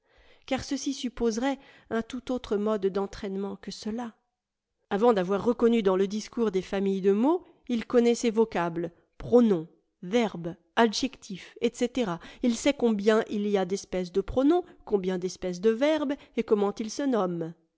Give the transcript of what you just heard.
car ceci supposerait un tout autre mode d'entraînement que cela avant d'avoir reconnu dans le discours des familles de mots il connaît ces vocables pronoms verbes adjectifs etc il sait combien il y a d'espèces de pronoms combien d'espèces de verbes et comment ils se nomment